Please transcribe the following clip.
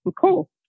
Cool